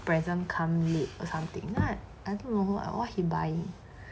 present come late or something then I don't know what he buying